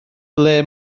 ble